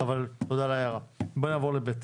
בואו נעבור לסעיף (ב).